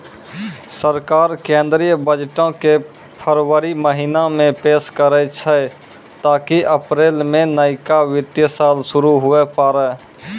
सरकार केंद्रीय बजटो के फरवरी महीना मे पेश करै छै ताकि अप्रैल मे नयका वित्तीय साल शुरू हुये पाड़ै